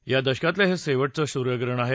या दशकातलं हे शेवटचं सूर्यग्रहण आहे